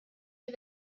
die